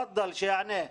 בבקשה, שיענה.